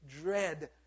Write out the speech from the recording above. dread